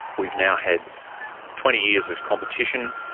we've now had twenty years of competition,